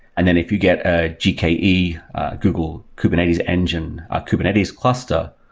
and then if you get a gke, google kubernetes engine, a kubernetes cluster,